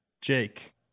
Jake